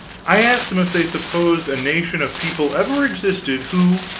i asked them if they supposed a nation of people ever existed, who,